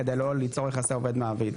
כדי לא ליצור יחסי עובד מעביד,